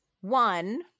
One